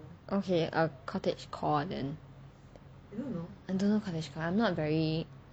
okay a cottagecore and I don't know cottagecore I'm not very